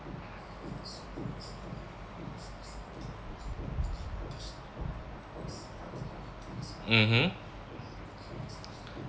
mmhmm